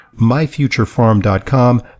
myfuturefarm.com